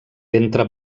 ventre